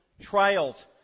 trials